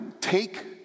take